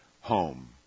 home